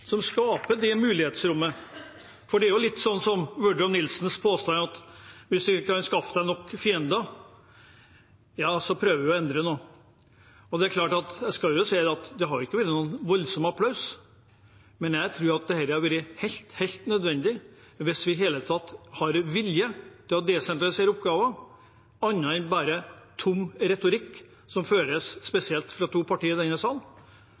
som skaper det mulighetsrommet. Det er litt som Woodrow Wilsons påstand: Hvis du vil skaffe deg fiender, prøv å endre noe. Jeg kan jo si at det ikke har vært noen voldsom applaus, men jeg tror at dette har vært helt nødvendig for at vi i det hele tatt har vilje til å desentralisere oppgaver – annet enn bare tom retorikk som føres fra spesielt to partier i denne